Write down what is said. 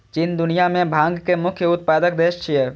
चीन दुनिया मे भांग के मुख्य उत्पादक देश छियै